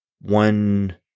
one